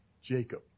Jacob